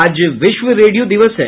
आज विश्व रेडियो दिवस है